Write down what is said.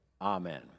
Amen